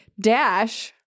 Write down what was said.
dash